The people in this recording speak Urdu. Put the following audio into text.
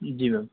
جی میم